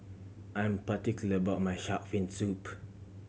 I'm particular about my shark fin soup